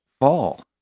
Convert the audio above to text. fall